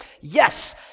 Yes